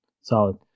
solid